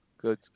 Good